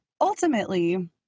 ultimately